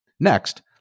Next